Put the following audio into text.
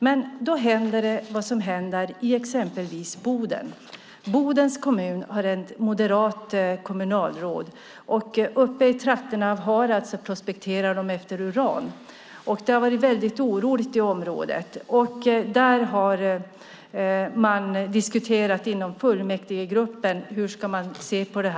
Men då händer sådant som händer i exempelvis Boden. Bodens kommun har ett moderat kommunalråd. Uppe i trakterna av Harads prospekterar man efter uran. Det har varit väldigt oroligt i området. Där har man diskuterat inom fullmäktigegruppen hur man ska se på det.